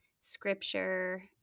Scripture